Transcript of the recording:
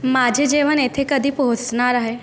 माझे जेवण येथे कधी पोहोचणार आहे